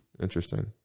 Interesting